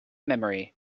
memory